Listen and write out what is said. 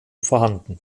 vorhanden